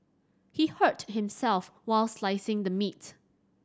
he hurt himself while slicing the meat